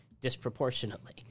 disproportionately